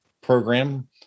program